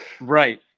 right